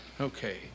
Okay